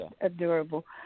adorable